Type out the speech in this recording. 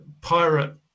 pirate